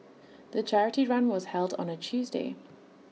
the charity run was held on A Tuesday